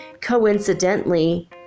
coincidentally